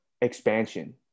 expansion